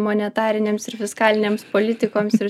monetarinėms ir fiskalinėms politikoms ir